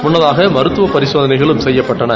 முன்னதாகமருத்துவபரிசோதனைகளும் செய்யப்பட்டன